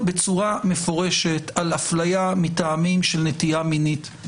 מפורשות על אפליה מטעמים של נטייה מינית.